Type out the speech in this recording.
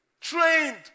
trained